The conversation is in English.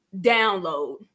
download